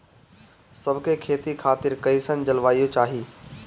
सेब के खेती खातिर कइसन जलवायु चाही?